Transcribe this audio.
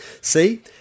See